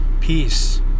peace